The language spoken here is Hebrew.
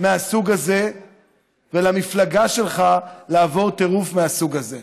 מהסוג הזה ולמפלגה שלך לעבור טירוף מהסוג הזה.